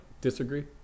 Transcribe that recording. Disagree